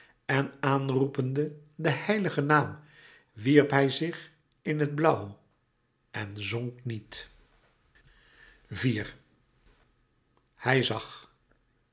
en aanroepende den heiligen naam wierp hij zich in het blauw en zonk niet hij zag